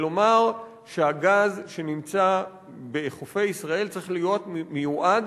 ולומר שהגז שנמצא בחופי ישראל צריך להיות מיועד